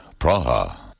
Praha